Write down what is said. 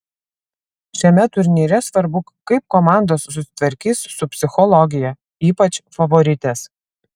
šiame turnyre svarbu kaip komandos susitvarkys su psichologija ypač favoritės